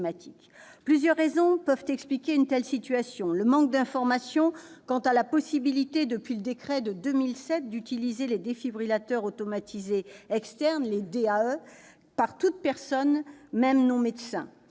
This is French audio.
Plusieurs raisons peuvent expliquer une telle situation. Il y a, d'abord, le manque d'information quant à la possibilité, depuis un décret de 2007, d'utilisation des défibrillateurs automatisés externes, les DAE, par toute personne, même non médecin.